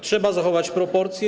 Trzeba zachować proporcje.